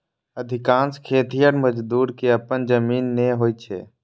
अधिकांश खेतिहर मजदूर कें अपन जमीन नै होइ छै